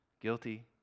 Guilty